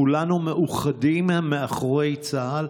כולנו מאוחדים מאחורי צה"ל,